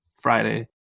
Friday